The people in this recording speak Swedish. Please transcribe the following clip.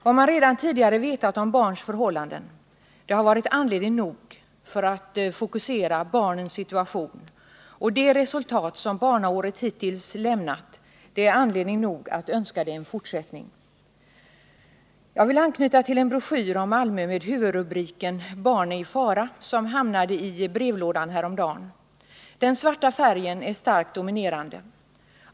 Vad man redan tidigare vetat om barns förhållanden har varit anledning nog för att fokusera barnens situation, och det resultat som barnåret hittills lämnat är anledning nog att önska det en fortsättning. Jag vill anknyta till en broschyr om Malmö med huvudrubriken ”Barn är i fara!” som hamnade i brevlådan häromdagen. Den svarta färgen är starkt dominerande.